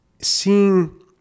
seeing